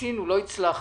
שניסינו ולא הצלחנו.